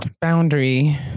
Boundary